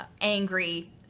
angry